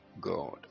God